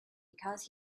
because